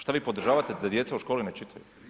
Šta vi podržavate da djeca u školi ne čitaju?